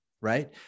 right